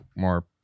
More